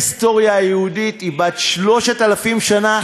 ההיסטוריה היהודית היא בת 3,000 שנה,